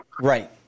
Right